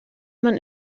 man